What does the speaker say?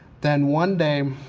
then one day,